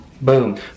Boom